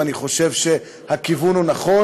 ואני חושב שהכיוון הוא נכון.